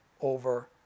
over